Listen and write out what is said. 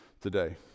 today